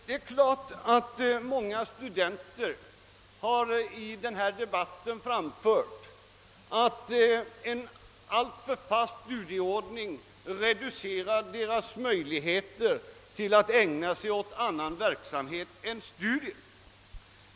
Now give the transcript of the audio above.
Det är sant att många studenter i denna debatt har framhållit, att en alltför fast studieordning reducerar deras möjligheter att ägna sig åt annan verksamhet än sina studier.